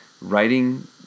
writing